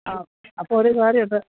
ആ അപ്പോൾ ഓരോ സാരി ഒക്കെ